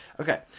Okay